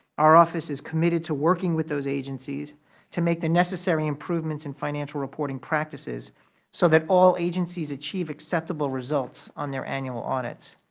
our office is committed to working with those agencies to make the necessary improvements in financial reporting practices so that all agencies achieve acceptable results on their annual audits.